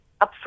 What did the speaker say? upfront